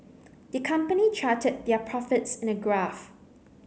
the company charted their profits in a graph